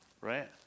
Right